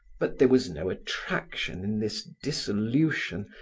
but there was no attraction in this dissolution,